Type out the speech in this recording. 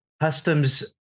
customs